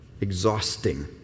exhausting